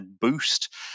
boost